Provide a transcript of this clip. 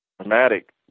dramatic